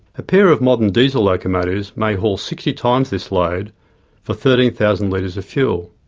a pair of modern diesel locomotives may haul sixty times this load for thirteen thousand litres of fuel.